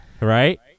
right